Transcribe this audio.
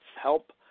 help